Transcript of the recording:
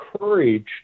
courage